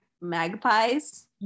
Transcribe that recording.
magpies